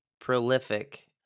prolific